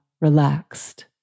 relaxed